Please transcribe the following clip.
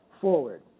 Forward